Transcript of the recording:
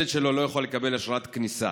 הילד שלו לא יכול לקבל אשרת כניסה.